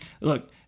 look